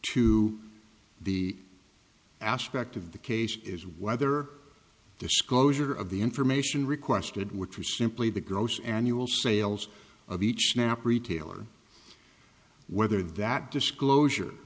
to the aspect of the case is whether disclosure of the information requested which was simply the gross annual sales of each snap retailer or whether that disclosure